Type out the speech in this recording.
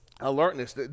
alertness